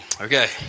okay